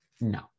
No